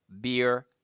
Beer